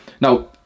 Now